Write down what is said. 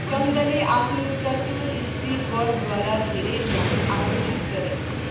चन्दले आफ्नो चतुर स्टिक वर्कद्वारा धेरै ध्यान आकर्षित गरे